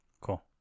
Cool